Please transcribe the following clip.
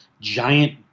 giant